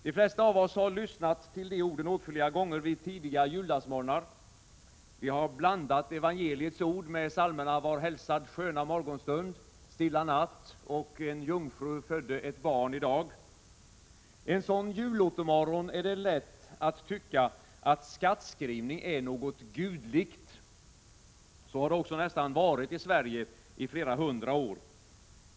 De flesta av oss har lyssnat till de orden åtskilliga gånger vid tidiga juldagsmorgnar. Vi har blandat evangeliets ord med psalmerna Var hälsad, sköna morgonstund, Stilla natt och En jungfru födde ett barn i dag. En sådan julottemorgon är det lätt att tycka, att skattskrivning är något gudligt. Så har det också nästan varit i Sverige i flera hundra år.